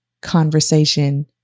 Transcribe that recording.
conversation